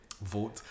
vote